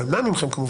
לא אמנע מכם.